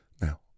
Now